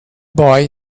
boy